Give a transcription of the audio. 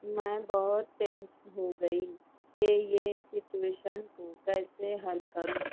میں بہت ٹینس ہو گئی کہ یہ سچویشن کو کیسے حل کروں